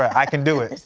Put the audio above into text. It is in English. i can do it.